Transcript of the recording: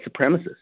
supremacists